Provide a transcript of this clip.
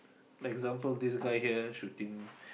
like example this guy here shooting